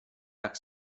tak